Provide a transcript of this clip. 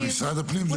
משרד הפנים --- במציאות,